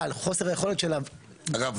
חוסר היכולת של הגוף הזה --- אגב,